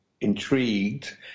intrigued